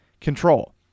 control